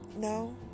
no